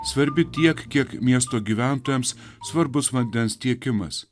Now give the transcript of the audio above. svarbi tiek kiek miesto gyventojams svarbus vandens tiekimas